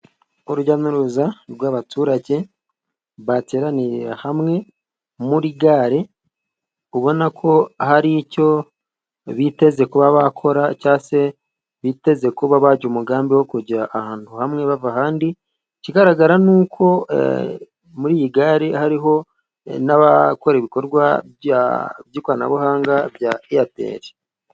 Urujya n'uruza rw'abaturage bateraniye hamwe muri gare, ubona ko hari icyo biteze kuba bakora cyangwa se biteze kuba bajya umugambi wo kujya ahantu hamwe bava ahandi, ikigaragara ni uko muri iyi gare hariho n'abakora ibikorwa by'ikoranabuhanga bya eyateri.